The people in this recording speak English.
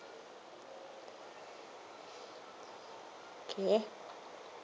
okay